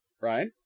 right